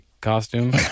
costume